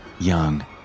Young